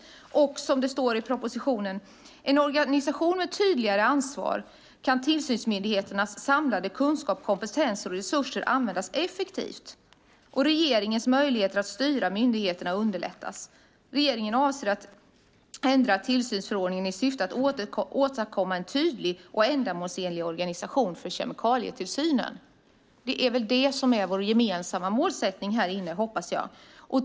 Det står i propositionen att i en organisation med tydligare ansvar kan tillsynsmyndigheternas samlade kunskap, kompetens och resurser användas effektivt och regeringens möjlighet att styra myndigheterna underlättas. Regeringen avser att ändra tillsynsförordningen i syfte att åstadkomma en tydlig och ändamålsenlig organisation för kemikalietillsynen. Jag hoppas att det är vår gemensamma målsättning här inne.